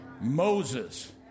Moses